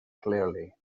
clearly